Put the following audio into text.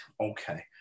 okay